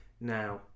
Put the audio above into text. now